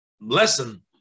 lesson